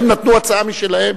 הם נתנו הצעה משלהם,